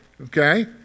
okay